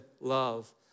love